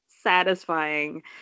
satisfying